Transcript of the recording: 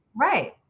Right